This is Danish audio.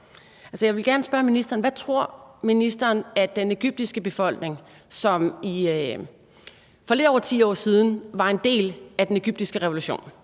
Hvad tror ministeren at den egyptiske befolkning, som for lidt over 10 år siden var en del af den egyptiske revolution,